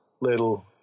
little